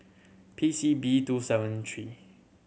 P C B two seven three